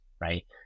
right